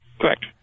Correct